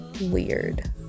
weird